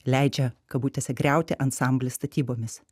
leidžia kabutėse griauti ansamblį statybomis